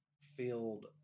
field